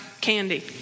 Candy